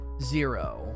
zero